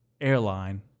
airline